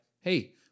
hey